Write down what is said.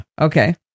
Okay